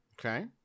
okay